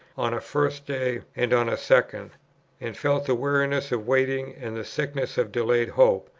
on a first day and on a second and felt the weariness of waiting, and the sickness of delayed hope,